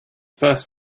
first